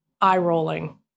eye-rolling